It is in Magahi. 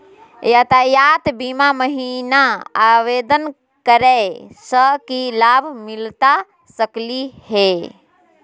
यातायात बीमा महिना आवेदन करै स की लाभ मिलता सकली हे?